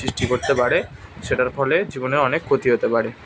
সৃষ্টি করতে পারে সেটার ফলে জীবনে অনেক ক্ষতি হতে পারে